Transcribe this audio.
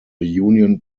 union